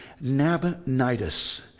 Nabonidus